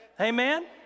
Amen